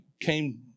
came